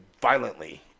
violently